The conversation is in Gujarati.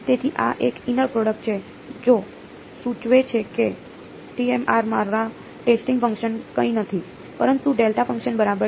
તેથી આ એક ઈનર પ્રોડક્ટ છે જો સૂચવે છે કે મારા ટેસ્ટિંગ ફંકશન કંઈ નથી પરંતુ ડેલ્ટા ફંકશન બરાબર છે